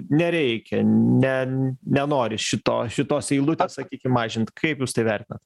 nereikia ne nenori šito šitos eilutės sakykim mažint kaip jūs tai vertinat